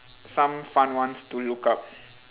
some fun ones to look up